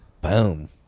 boom